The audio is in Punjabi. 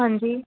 ਹਾਂਜੀ